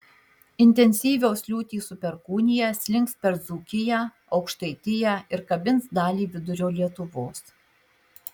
intensyvios liūtys su perkūnija slinks per dzūkiją aukštaitiją ir kabins dalį vidurio lietuvos